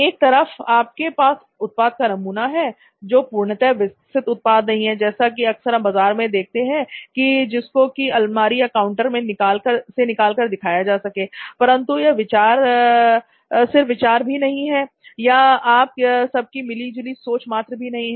एक तरफ आपके पास उत्पाद का नमूना है जो पूर्णत विकसित उत्पाद नहीं है जैसा कि अक्सर हम बाजार में देखते हैं जिसको की अलमारी या काउंटर से निकाल कर दिया जा सकता है परंतु यह सिर्फ विचार भी नहीं है या आप सब की मिली जुली सोच मात्र भी नहीं है